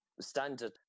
standard